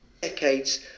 Decades